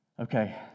Okay